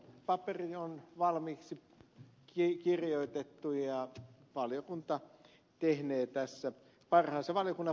paperi on valmiiksi kirjoitettu ja valiokunta tehnee tässä parhaansa